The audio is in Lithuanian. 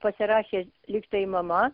pasirašė lyg tai mama